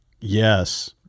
Yes